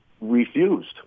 refused